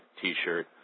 t-shirt